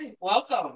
Welcome